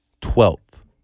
twelfth